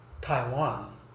Taiwan